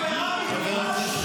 --- ורבין ירד?